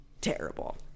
terrible